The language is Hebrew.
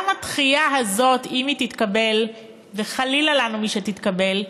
גם הדחייה הזאת, אם היא תתקבל, וחלילה לנו שתתקבל,